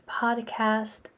podcast